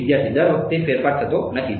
વિદ્યાર્થી દર વખતે ફેરફાર થતો નથી